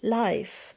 life